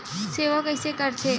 सेवा कइसे करथे?